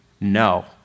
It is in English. No